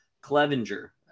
clevenger